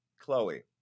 Chloe